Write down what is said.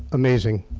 amazing.